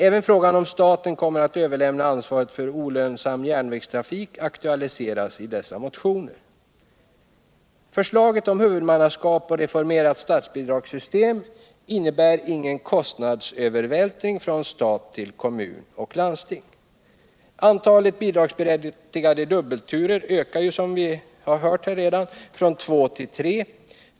Även frågan om staten kommer att överlämna ansvaret för olönsam järnvägstrafik aktualiseras i dessa motioner. Förslagen om huvudmannaskap och reformerat statsbidragssystem innebär ingen kostnadsövervältring från stat till kommuner och landsting. Antalet bidragsberättigade dubbelturer ökar som vi redan hört från två till tre.